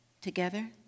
Together